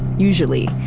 usually.